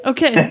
Okay